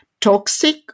toxic